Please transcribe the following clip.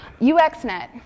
UXNet